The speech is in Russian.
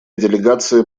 делегация